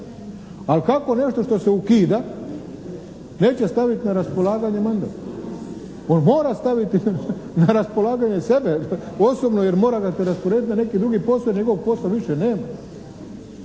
Ali kako nešto što se ukida neće staviti na raspolaganje mandat. On mora staviti na raspolaganje sebe osobno jer mora ga se rasporediti na neki drugi posao jer njegovog posla više nema.